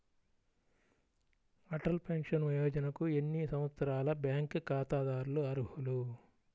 Atal pension యోజనకు ఎన్ని సంవత్సరాల బ్యాంక్ ఖాతాదారులు అర్హులు?